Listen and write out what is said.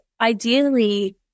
ideally